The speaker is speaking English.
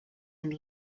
and